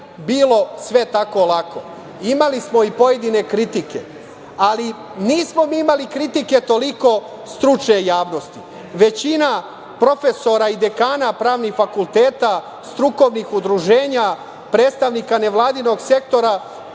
baš sve tako lako. Imali smo i pojedine kritike. Ali, nismo mi imali kritike toliko stručne javnosti. Većina profesora i dekana pravnih fakulteta, strukovnih udruženja, predstavnika nevladinog sektora